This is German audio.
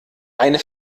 eine